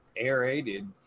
aerated